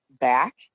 back